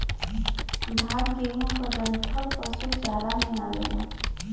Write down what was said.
धान, गेंहू क डंठल पशु चारा में काम आवेला